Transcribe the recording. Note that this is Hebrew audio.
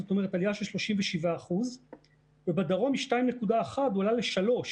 זאת אומרת עלייה של 37%; בדרום מ-2.1 הוא עלה ל-3,